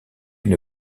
une